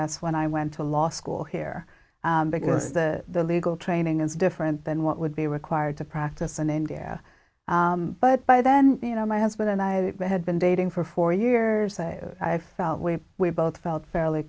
s when i went to law school here because the legal training is different than what would be required to practice in india but by then you know my husband and i had been dating for four years i felt where we both felt fairly